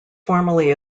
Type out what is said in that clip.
formally